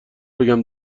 بگم